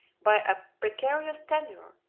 by a precarious tenure,